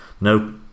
No